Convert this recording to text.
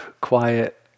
quiet